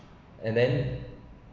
and then